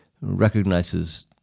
recognizes